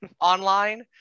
online